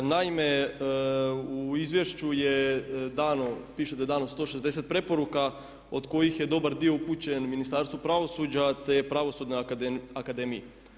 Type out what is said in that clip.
Naime, u izvješću je dano, piše da je dano 160 preporuka od kojih je dobar dio upućen Ministarstvu pravosuđa te Pravosudnoj akademiji.